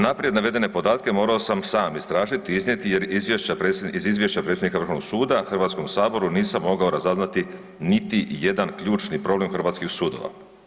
Naprijed navedene podatke morao sam sam istražiti i iznijeti jer iz izvješća predsjednika Vrhovnog suda Hrvatskom saboru nisam mogao razaznati niti jedan ključni problem hrvatskih sudova.